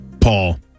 Paul